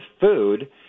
food